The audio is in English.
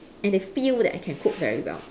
and they feel that I can cook very well